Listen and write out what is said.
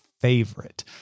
favorite